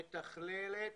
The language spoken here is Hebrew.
מתכללת,